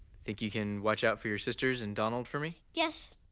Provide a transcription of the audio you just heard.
think you can watch out for your sisters and donald for me? yes,